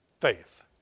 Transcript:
faith